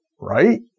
right